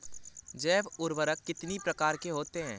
जैव उर्वरक कितनी प्रकार के होते हैं?